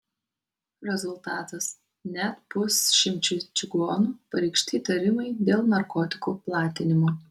rezultatas net pusšimčiui čigonų pareikšti įtarimai dėl narkotikų platinimo